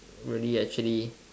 really actually